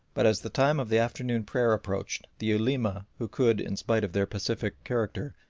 but as the time of the afternoon prayer approached the ulema who could, in spite of their pacific character,